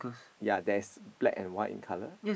ya there is black and white in colour